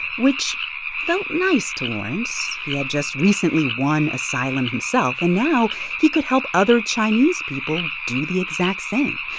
which felt nice to lawrence. he had just recently won asylum himself, and now he could help other chinese people do the exact same.